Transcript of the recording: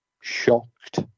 shocked